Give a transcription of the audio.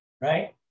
right